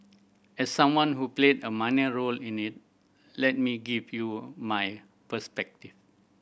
as someone who played a minor role in it let me give you my perspective